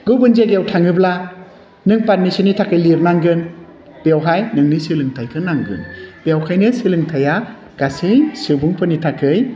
गुबुन जायगायाव थाङोब्ला नों पारमिसननि थाखाय लिरनांगोन बेवहाय नोंनि सोलोंथाइखौ नांगोन बेखायनो सोलोंथाइया गासै सुबुंफोरनि थाखाय